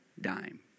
dime